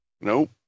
Nope